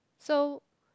so